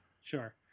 sure